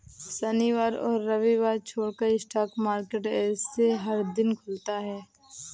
शनिवार और रविवार छोड़ स्टॉक मार्केट ऐसे हर दिन खुलता है